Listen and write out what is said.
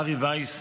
בארי וייס,